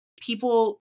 people